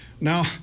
Now